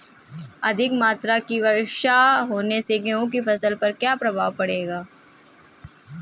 अधिक मात्रा की वर्षा होने से गेहूँ की फसल पर क्या प्रभाव पड़ेगा?